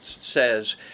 says